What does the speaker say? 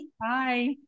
Bye